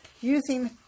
using